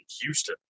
Houston